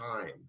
time